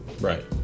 Right